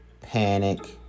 panic